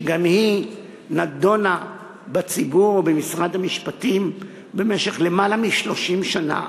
שגם היא נדונה בציבור ובמשרד המשפטים במשך יותר מ-30 שנה,